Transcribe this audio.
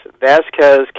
Vasquez